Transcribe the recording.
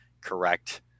correct